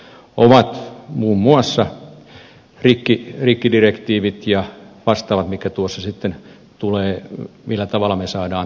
ne ovat muun muassa rikkidirektiivit ja vastaavat mitkä tuossa sitten tulevat ja vaikuttavat siihen millä tavalla me saamme täältä suomesta materiaalia maailmalle